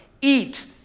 Eat